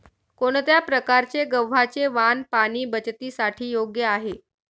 कोणत्या प्रकारचे गव्हाचे वाण पाणी बचतीसाठी योग्य आहे?